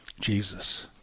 Jesus